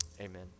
amen